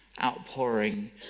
outpouring